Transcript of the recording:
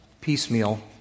piecemeal